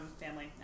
family